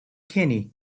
kenny